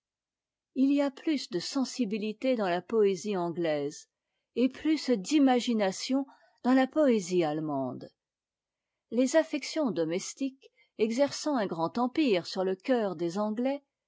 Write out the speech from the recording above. i y a plus de sensibilité dans la poésie anglaise et plus d'imagination dans la poésie allemande les affections domestiques exerçant un grand empire sur le coeur des anglais